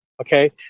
okay